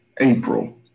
April